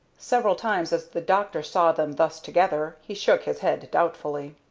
several times as the doctor saw them thus together he shook his head doubtfully.